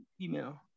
Email